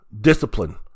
Discipline